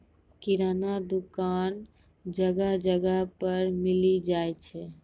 किराना दुकान जगह जगह पर मिली जाय छै